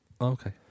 Okay